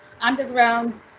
underground